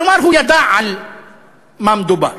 כלומר הוא ידע על מה מדובר.